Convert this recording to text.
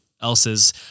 else's